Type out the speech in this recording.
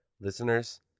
Listeners